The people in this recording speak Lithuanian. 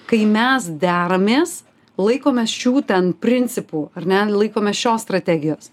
kai mes deramės laikomės šių ten principų ar ne laikomės šios strategijos